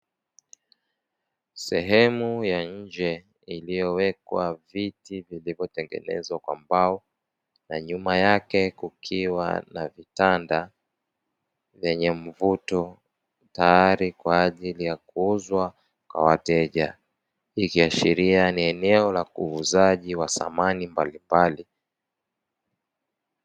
Sehemu ya nje iliyowekwa viti vilivyo tengenezwa kwa mbao na nyuma yake kukiwa na vitanda vyenye mvuto tayari kwaajili ya kuuzwa kwa wateja. Hii ikiashiria ni eneo la uuzaji wa samani mbalimbali